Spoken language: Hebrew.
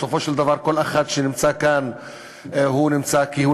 בסופו של דבר כל אחד שנמצא כאן נמצא כי הוא